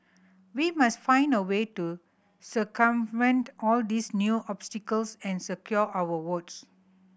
we must find a way to circumvent all these new obstacles and secure our votes